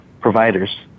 providers